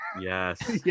Yes